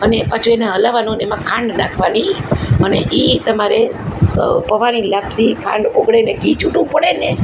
અને પાછો એને હલાવવાનો અને એમાં ખાંડ નાખવાની અને એ તમારે પૌંઆની લાપસી ખાંડ ઓગળે ને ઘી છૂટું પડે ને